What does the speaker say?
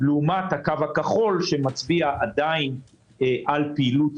לעומת הקו הכחול שמצביע עדיין על פעילות